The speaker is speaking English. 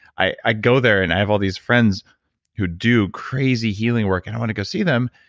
i i go there and i have all these friends who do crazy healing work and i want to go see them.